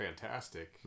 fantastic